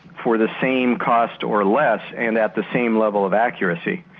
for the same cost or less and at the same level of accuracy.